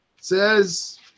says